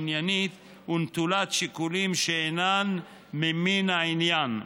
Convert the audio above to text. עניינית ונטולת שיקולים שאינם ממין העניין.